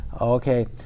Okay